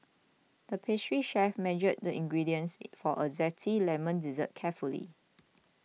the pastry chef measured the ingredients for a Zesty Lemon Dessert carefully